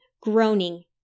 groaning